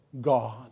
God